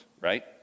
right